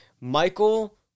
Michael